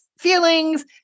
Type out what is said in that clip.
feelings